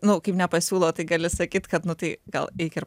nu kaip nepasiūlo tai gali sakyt kad nu tai gal eik ir